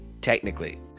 technically